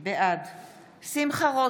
אבל האמת היא שזה לא חוק